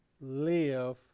live